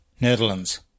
Netherlands